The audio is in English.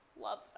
Love